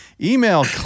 Email